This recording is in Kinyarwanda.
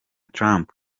trump